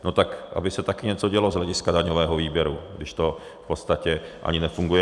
No tak aby se taky něco dělo z hlediska daňového výběru, když to v podstatě ani nefunguje.